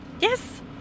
Yes